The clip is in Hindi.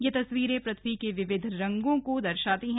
यह तस्वीरें पृथ्वी के विविध रंगों को दर्शाती हैं